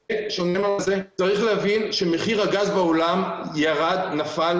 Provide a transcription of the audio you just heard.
צריך להבין שמחיר הגז בעולם ירד ונפל